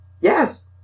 Yes